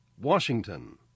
Washington